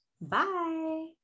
Bye